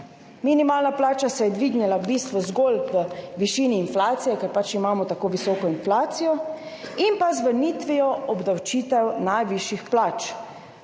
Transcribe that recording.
Minimalna plača se je dvignila v bistvu zgolj v višini inflacije, ker pač imamo tako visoko inflacijo, in pa z vrnitvijo obdavčitev najvišjih plač.